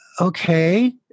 okay